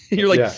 you're like,